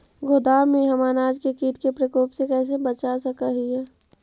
गोदाम में हम अनाज के किट के प्रकोप से कैसे बचा सक हिय?